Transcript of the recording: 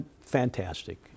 fantastic